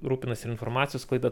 rūpinasi informacijos sklaida